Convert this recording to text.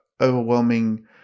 overwhelming